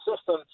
system